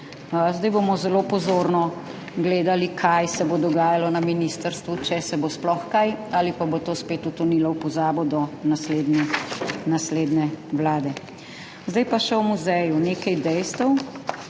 Zdaj bomo zelo pozorno gledali, kaj se bo dogajalo na ministrstvu, če se bo sploh kaj ali pa bo to spet utonilo v pozabo do naslednje vlade. Zdaj pa še o muzeju nekaj dejstev.